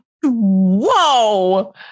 Whoa